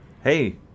Hey